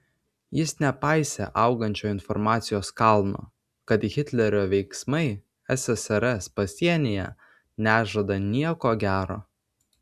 jis nepaisė augančio informacijos kalno kad hitlerio veiksmai ssrs pasienyje nežada nieko gero